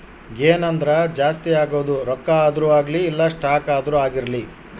gain ಅಂದ್ರ ಜಾಸ್ತಿ ಆಗೋದು ರೊಕ್ಕ ಆದ್ರೂ ಅಗ್ಲಿ ಇಲ್ಲ ಸ್ಟಾಕ್ ಆದ್ರೂ ಆಗಿರ್ಲಿ